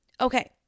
Okay